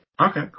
Okay